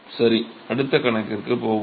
சரி அடுத்த கணக்கிற்கு போவோம்